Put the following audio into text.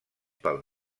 pel